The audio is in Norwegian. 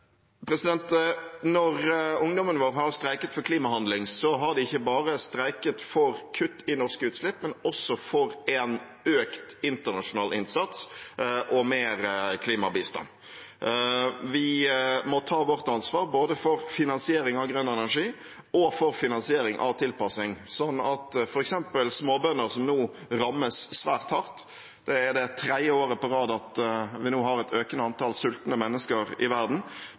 Når ungdommen vår har streiket for klimahandling, har de ikke bare streiket for kutt i norske utslipp, men også for økt internasjonal innsats og mer klimabistand. Vi må ta vårt ansvar, både for finansiering av grønn energi og for finansiering av tilpasning, sånn at f.eks. småbønder som nå rammes svært hardt – det er det tredje året på rad at vi har et økende antall sultende mennesker i verden